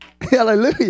hallelujah